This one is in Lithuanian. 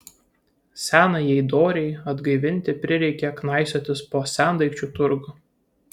senajai dorei atgaivinti prireikė knaisiotis po sendaikčių turgų